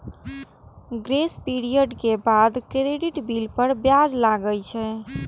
grace period के बाद credit bill पर ब्याज लागै छै